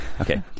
okay